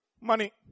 Money